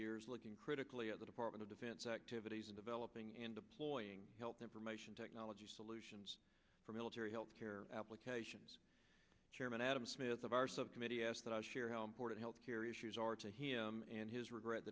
years looking critically at the department of defense activities developing and deploying health information technology solutions for military health care applications chairman adam smith of our subcommittee asked that i share how important health care issues are to him and his regret